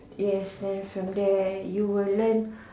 yes then from there you will learn